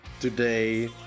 today